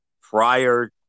prior